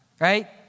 Right